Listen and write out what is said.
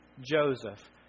Joseph